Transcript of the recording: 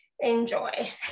enjoy